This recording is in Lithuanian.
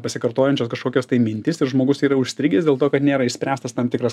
pasikartojančios kažkokios tai mintis ir žmogus yra užstrigęs dėl to kad nėra išspręstas tam tikras